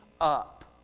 up